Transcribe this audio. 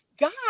god